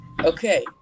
okay